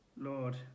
Lord